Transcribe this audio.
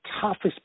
toughest